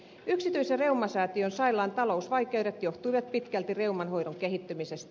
yksityisen reumasäätiön sairaalan talousvaikeudet johtuivat pitkälti reuman hoidon kehittymisestä